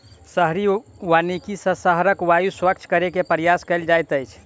शहरी वानिकी सॅ शहरक वायु स्वच्छ करै के प्रयास कएल जाइत अछि